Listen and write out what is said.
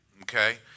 Okay